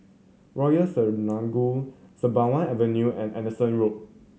Royal Selangor Sembawang Avenue and Anderson Road